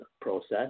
process